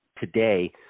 today